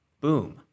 boom